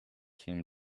came